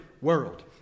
world